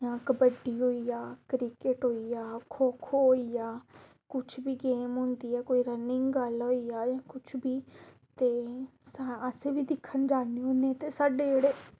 जां कबड्डी होई गेआ क्रिकेट होई गेआ खो खो होई गेआ कुछ बी गेम होंदी ऐ कोई रनिंग गल्ल होई जाए जां कुछ बी ते असें बी दिक्खन जन्ने होन्ने ते साढ़े जेह्ड़े